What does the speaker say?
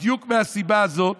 זה בדיוק מהסיבה הזאת.